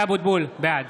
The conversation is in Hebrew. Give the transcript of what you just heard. אבוטבול, בעד